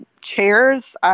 chairs